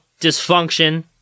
dysfunction